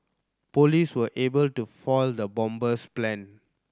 police were able to foil the bomber's plan